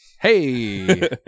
hey